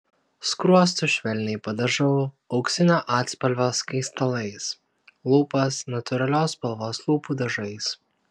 skruostus švelniai padažau auksinio atspalvio skaistalais lūpas natūralios spalvos lūpų dažais